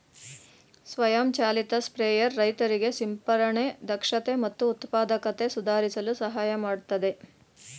ಸ್ವಯಂ ಚಾಲಿತ ಸ್ಪ್ರೇಯರ್ ರೈತರಿಗೆ ಸಿಂಪರಣೆ ದಕ್ಷತೆ ಮತ್ತು ಉತ್ಪಾದಕತೆ ಸುಧಾರಿಸಲು ಸಹಾಯ ಮಾಡ್ತದೆ